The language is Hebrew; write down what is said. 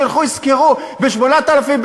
שילכו וישכרו ב-8,000,